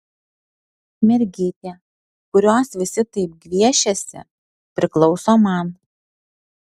mergytė kurios visi taip gviešiasi priklauso man